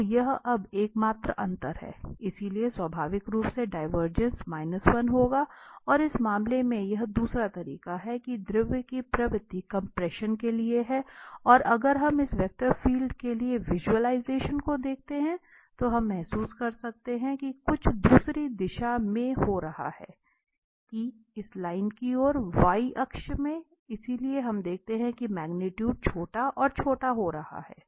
तो यह अब एकमात्र अंतर है इसलिए स्वाभाविक रूप से डिवरजेंस 1 होगा और इस मामले में यह दूसरा तरीका है कि द्रव की प्रवृत्ति कम्प्रेशन के लिए है और अगर हम इस वेक्टर फील्ड के विज़ुअलाइजेशन को देखते हैं तो हम महसूस कर सकते हैं कि कुछ दूसरी दिशा में हो रहा है कि इस लाइन की ओर y अक्ष में इसलिए हम देखते हैं कि मैग्नीट्यूट छोटा और छोटा हो रहा है